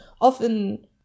often